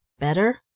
better?